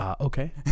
okay